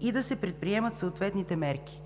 и да се предприемат съответните мерки.